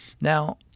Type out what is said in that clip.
now